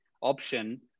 option